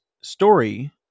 story –